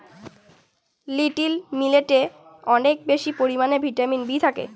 little মিলেটে অনেক বেশি পরিমানে ভিটামিন বি থাকে